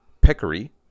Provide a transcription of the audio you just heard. peccary